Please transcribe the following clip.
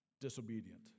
disobedient